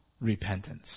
repentance